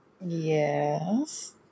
Yes